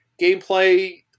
Gameplay